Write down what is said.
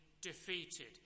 defeated